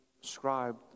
scribed